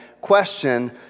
question